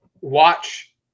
watch